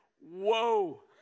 whoa